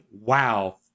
wow